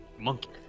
Monkey